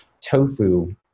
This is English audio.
tofu